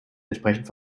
entsprechend